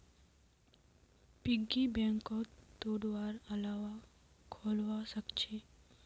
piggy बैंकक तोडवार अलावा खोलवाओ सख छ